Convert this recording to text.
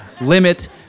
limit